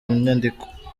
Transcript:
inyandiko